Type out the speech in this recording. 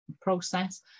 process